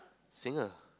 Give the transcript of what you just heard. singer